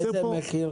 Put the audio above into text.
באיזה מחיר?